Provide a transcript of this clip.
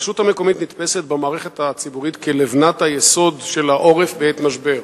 הרשות המקומית נתפסת במערכת הציבורית כלבנת-היסוד של העורף בעת משבר.